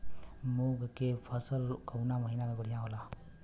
मुँग के फसल कउना महिना में बढ़ियां होला?